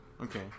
Okay